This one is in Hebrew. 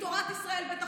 מתורת ישראל בטח ובטח,